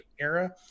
era